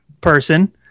person